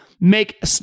make